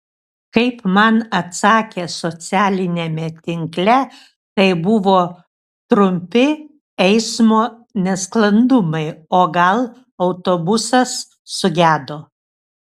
kaip man atsakė socialiniame tinkle tai buvo trumpi eismo nesklandumai o gal autobusas sugedo